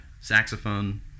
saxophone